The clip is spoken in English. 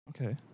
okay